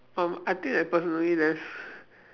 um I think that personally there's